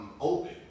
open